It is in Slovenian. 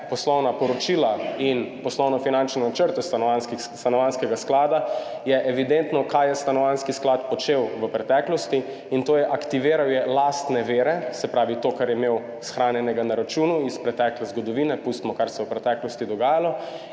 poslovna poročila in poslovno-finančne načrte Stanovanjskega sklada, je evidentno, kaj je Stanovanjski sklad počel v preteklosti, in to je, aktiviral je lastne vire, se pravi to, kar je imel shranjenega na računu iz pretekle zgodovine, pustimo, kaj se je dogajalo